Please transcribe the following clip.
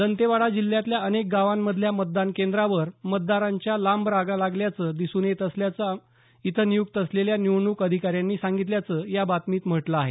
दंतेवाडा जिल्ह्यातल्या अनेक गावांमधल्या मतदान केंद्रांवर मतदारांच्या लांब रांगा लागल्याचं दिसून येत असल्याचं इथं नियुक्त असलेल्या निवडणूक अधिकाऱ्यांनी सांगितल्याचं या बातमीत म्हटलं आहे